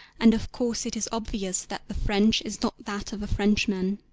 and of course it is obvious that the french is not that of a frenchman.